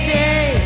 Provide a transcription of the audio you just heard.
day